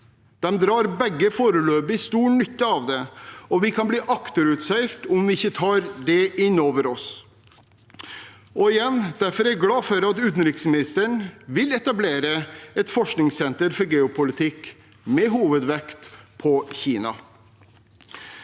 De drar begge foreløpig stor nytte av det, og vi kan bli akterutseilt om vi ikke tar det inn over oss. Derfor er jeg glad for at utenriksministeren vil etablere et forskningssenter for geopolitikk med hovedvekt på Kina.